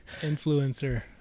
Influencer